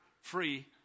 free